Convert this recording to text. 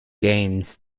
games